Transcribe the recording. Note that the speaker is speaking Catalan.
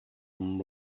amb